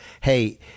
hey